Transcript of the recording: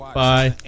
bye